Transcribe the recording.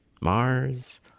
Mars